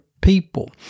people